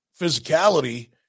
physicality